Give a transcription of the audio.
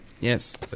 yes